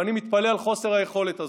ואני מתפלא על חוסר היכולת הזה.